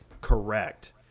Correct